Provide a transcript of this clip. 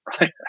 right